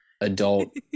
adult